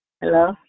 Hello